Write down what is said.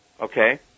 okay